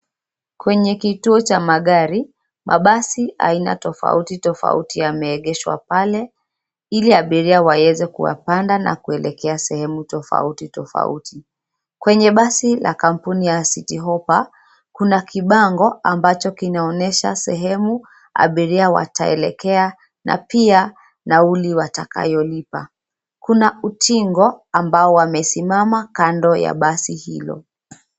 Kwenye kituo cha magari. Mabasi aina tofauti tofauti yameegeshwa pale ile abiria waeze kuyapanda na kuelekea sehemu tofauti tofauti. Kwenye basi ya kampuni ya Citi Hoppa kuna kibango ambacho kinaonyesha sehemu abiria wataelekea na pia nauli watakayolipa. Kuna utingo ambao wamesimama kando ya basi hilo.